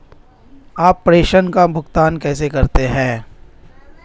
आप प्रेषण का भुगतान कैसे करते हैं?